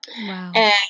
Wow